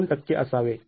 २ टक्के असावे